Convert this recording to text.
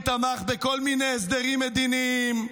מי תמך בכל מיני הסדרים מדיניים,